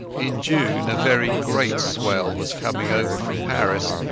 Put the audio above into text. in june a very great swell was coming over from paris,